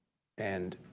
and